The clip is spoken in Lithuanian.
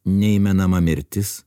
nei menama mirtis